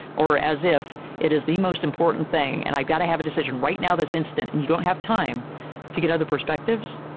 or as if it is the most important thing and i got to have a decision right now this instant, and you don't have time to get other perspectives?